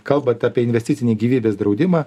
kalbant apie investicinį gyvybės draudimą